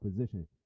position